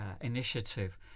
initiative